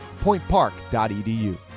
pointpark.edu